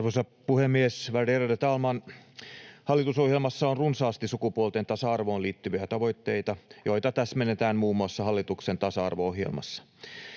Arvoisa puhemies, värderade talman! Hallitusohjelmassa on runsaasti sukupuolten tasa-arvoon liittyviä tavoitteita, joita täsmennetään muun muassa hallituksen tasa-arvo-ohjelmassa.